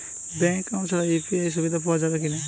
Bank account ছাড়া UPI সুবিধা পাওয়া যাবে কি না?